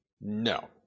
No